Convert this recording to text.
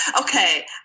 Okay